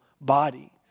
body